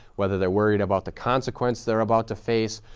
whether they're worried about the consequence they're about to face,